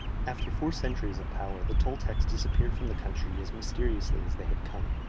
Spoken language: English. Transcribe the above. after four centuries of power, the toltecs disappeared from the country as mysteriously as they had come.